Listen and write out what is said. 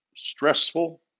Stressful